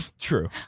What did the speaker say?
True